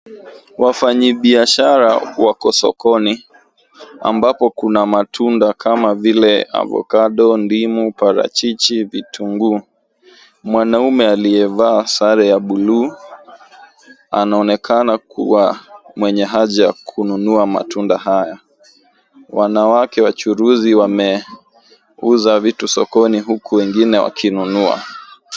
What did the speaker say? Wafanyibiashara wako sokoni ambapo kuna matunda kama vile avocado , ndimu, parachichi, vitunguu. Mwanaume aliyevaa sare ya buluu anaonekana kuwa mwenye haja ya kununua matunda haya. Wanawake wachuruzi wameuza vitu sokoni huku wengine wakinunua.